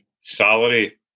salary